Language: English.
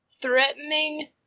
threatening